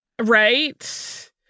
Right